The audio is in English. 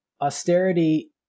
austerity